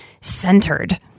centered